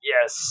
Yes